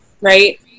right